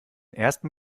ersten